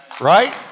Right